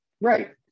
right